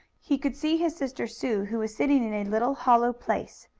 he could see his sister sue, who was sitting in a little hollow place.